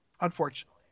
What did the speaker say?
unfortunately